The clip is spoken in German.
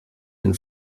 ein